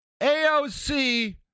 AOC